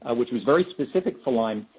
ah which was very specific to lyme.